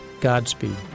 Godspeed